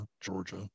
Georgia